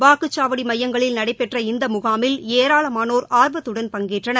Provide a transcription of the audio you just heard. வாக்குச்சாவடி மையங்களில் நடைபெற்ற இந்த முகாமில் ஏராளமானோர் ஆர்வத்தடன் பங்கேற்றனர்